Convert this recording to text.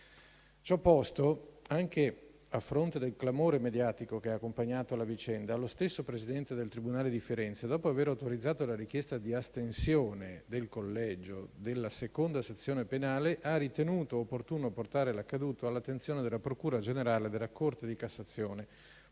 Ciò posto, anche a fronte del clamore mediatico che ha accompagnato la vicenda, lo stesso presidente del tribunale di Firenze, dopo aver autorizzato la richiesta di astensione del collegio della seconda sezione penale, ha ritenuto opportuno portare l'accaduto all'attenzione della procura generale della Corte di cassazione,